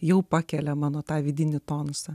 jau pakelia mano tą vidinį tonusą